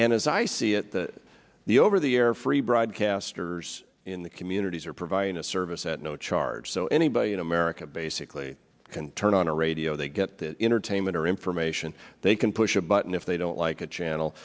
and as i see it the over the air free broadcasters in the communities are providing a service at no charge so anybody in america basically can turn on a radio they get that entertainment or information they can push a button if they don't like a channel